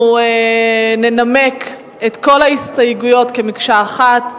אנחנו ננמק את כל ההסתייגויות כמקשה אחת,